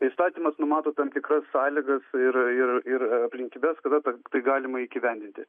įstatymas numato tam tikras sąlygas ir ir ir aplinkybes kada tai galima įgyvendinti